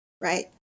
right